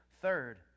Third